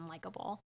unlikable